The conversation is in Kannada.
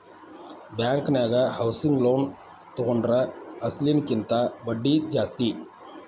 ಬ್ಯಾಂಕನ್ಯಾಗ ಹೌಸಿಂಗ್ ಲೋನ್ ತಗೊಂಡ್ರ ಅಸ್ಲಿನ ಕಿಂತಾ ಬಡ್ದಿ ಜಾಸ್ತಿ